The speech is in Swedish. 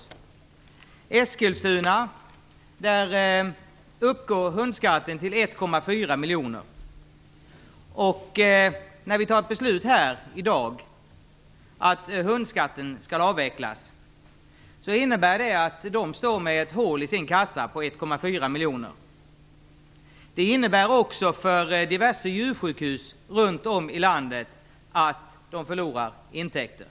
I Eskilstuna uppgår intäkterna av hundskatten till 1,4 miljoner kronor. När vi i dag fattar beslut om hundskattens avveckling innebär det alltså att man får ett hål i kassan på 1,4 miljoner kronor. Också för diverse djursjukhus runt om i landet innebär ett sådant beslut förlorade intäkter.